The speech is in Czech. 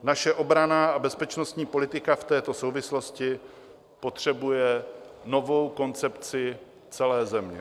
Naše obranná a bezpečnostní politika v této souvislosti potřebuje novou koncepci celé země.